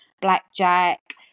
blackjack